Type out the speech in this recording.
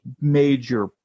major